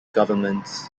governments